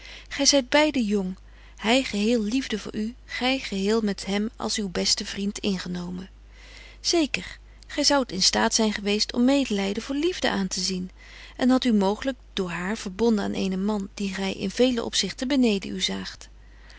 gy zyt beide jong hy geheel liefde voor u gy geheel met hem als uw beste vriend ingenomen zeker gy zoudt in staat zyn geweest om medelyden voor liefde aan te zien en hadt u mooglyk door haar verbonden aan eenen man dien gy in veelen opzichte beneden u zaagt